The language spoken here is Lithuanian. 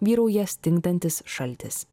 vyrauja stingdantis šaltis